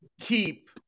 keep